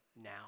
now